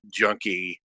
junky